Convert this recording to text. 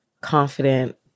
confident